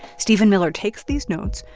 stephen miller takes these notes,